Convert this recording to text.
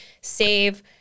save